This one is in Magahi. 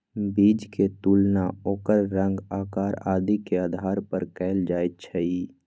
बीज के तुलना ओकर रंग, आकार आदि के आधार पर कएल जाई छई